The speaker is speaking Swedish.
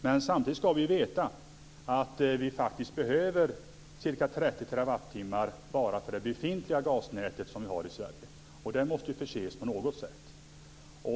Men samtidigt skall vi ju veta att vi faktiskt behöver ca 30 TWh bara för det befintliga gasnät som vi har i Sverige. Det måste ju förses på något sätt.